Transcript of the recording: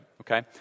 Okay